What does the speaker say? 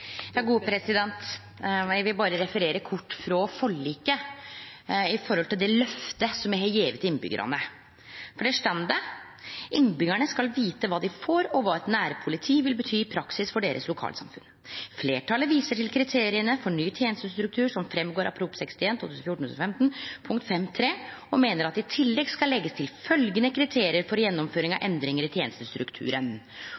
vil berre referere kort frå forliket når det gjeld det løftet me har gjeve til innbyggjarane. Der står det: «Innbyggerne skal vite hva de får og hva et «nærpoliti» vil bety i praksis for deres lokalsamfunn. Flertallet viser til kriteriene for ny tjenestestedsstruktur som fremgår av Prop. punkt 5.3 og mener at det i tillegg skal legges til følgende kriterier for gjennomføring av